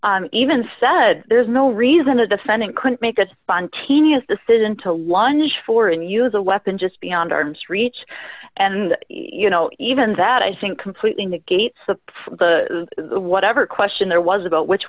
even said there's no reason a defendant could make a spontaneous decision to lunge for and use a weapon just beyond arm's reach and you know even that i think completely negates the from the whatever question there was about which